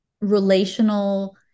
relational